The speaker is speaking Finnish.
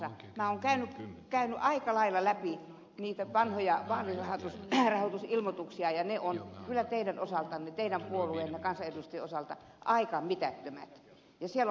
minä olen käynyt aika lailla läpi niitä vanhoja vaalirahoitusilmoituksia ja ne ovat kyllä teidän osaltanne teidän puolueenne kansanedustajien osalta aika mitättömät ja siellä on muitakin